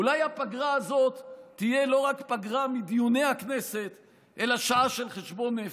אולי הפגרה הזאת תהיה לא רק פגרה מדיוני הכנסת אלא שעה של חשבון נפש?